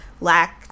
Lack